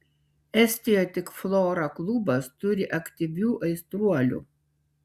estijoje tik flora klubas turi aktyvių aistruolių